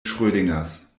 schrödingers